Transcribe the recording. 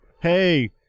Hey